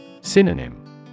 Synonym